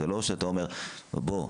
זה לא שאתה אומר: בוא,